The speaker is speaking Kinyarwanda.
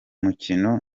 mukino